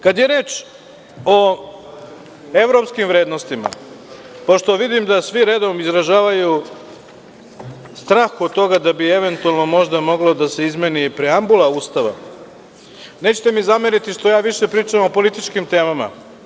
Kada je reč o evropskim vrednostima, pošto vidim da svi redom izražavaju strah od toga da bi eventualno možda mogla da se izmeni preambula Ustava, nećete mi zameriti što ja možda više pričam o političkim temama.